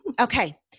Okay